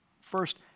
first